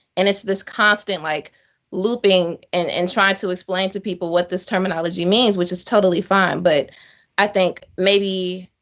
and it's this constant like looping and and trying to explain to people what this terminology means, which is totally fine, but i think maybe